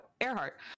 Earhart